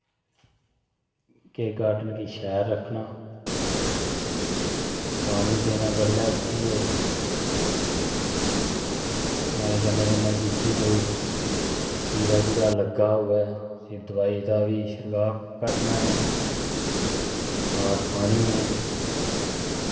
के garden गी शैल रक्खना पानी देना बडलै उट्ठियै पानी कन्नै कन्नै जिसी कोई कीड़ा कुड़ा लग्गे दा होऐ उस्सी दोआई दा बी छिड़काव करना ऐ खाद पानी ऐ